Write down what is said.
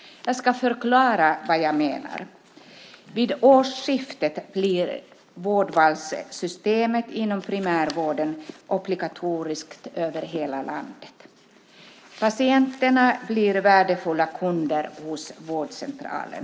Jag ska förklara vad jag menar. Vid årsskiftet blir vårdvalssystemet inom primärvården obligatoriskt över hela landet. Patienterna blir värdefulla kunder hos vårdcentralen.